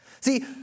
See